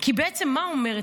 כי בעצם מה היא אומרת,